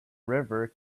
river